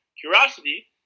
curiosity